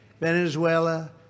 Venezuela